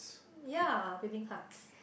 ya willing hearts